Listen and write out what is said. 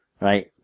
right